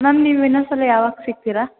ma'am ನೀವು ಇನ್ನೊಂದು ಸಲ ಯಾವಾಗ ಸಿಗ್ತಿರ